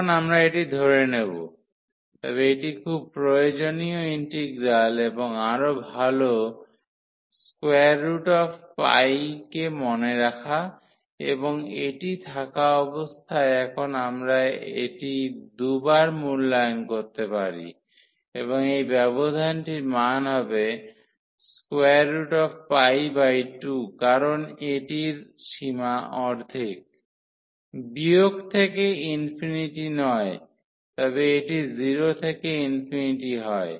এখন আমরা এটি ধরে নেব তবে এটি খুব প্রয়োজনীয় ইন্টিগ্রাল এবং আরও ভাল কে মনে রাখা এবং এটি থাকা অবস্থায় এখন আমরা এটি 2 বার মূল্যায়ন করতে পারি এবং এই ব্যবধানটির মান হবে 2 কারণ এটির সীমা অর্ধেক বিয়োগ থেকে ইনফিনিটি নয় তবে এটি 0 থেকে ∞ হয়